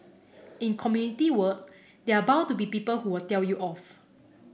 in community work there are bound to be people who will tell you off